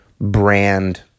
brand